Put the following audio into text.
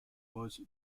was